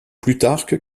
plutarque